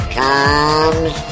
comes